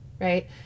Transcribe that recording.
right